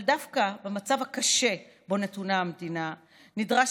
אבל דווקא במצב הקשה שבו נתונה המדינה נדרש